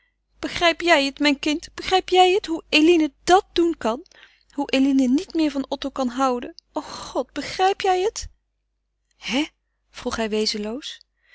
begrijp jij het mijn kind begrijp jij het hoe eline dat doen kan hoe eline niet meer van otto kan houden o god begrijp jij het hè vroeg hij